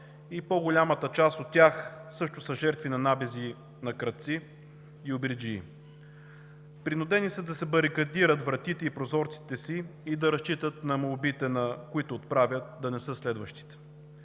и по-голямата част от тях също са жертви на набези на крадци и обирджии. Принудени са да си барикадират вратите и прозорците и да разчитат на молбите, които отправят – да не са следващите.